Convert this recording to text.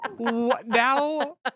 now